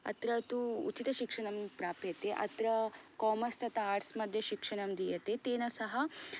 अत्र तु उचितशिक्षणं प्राप्यते अत्र कोमर्स् तथा आर्ट्स् मध्ये शिक्षणं दीयते तेन सह